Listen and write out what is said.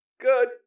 Good